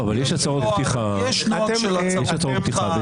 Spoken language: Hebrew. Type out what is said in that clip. יש הצהרות פתיחה --- יש נוהג של הצהרות פתיחה.